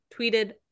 tweeted